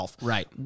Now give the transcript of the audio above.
Right